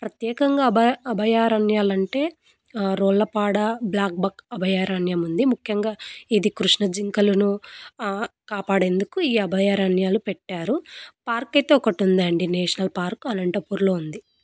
ప్రత్యేకంగా అభయ అభయారణ్యాలంటే రోళ్లపాడ బ్లాక్ బక్ అభయారాణ్యం ఉంది ముఖ్యంగా ఇది కృష్ణజింకలను కాపాడేందుకు ఈ అభయారాణ్యాలు పెట్టారు పార్క్ అయితే ఒకటి ఉందండి నేషనల్ పార్క్ అనంతపూరంలో ఉంది